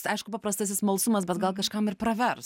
aišku paprastasis smalsumas bet gal kažkam ir pravers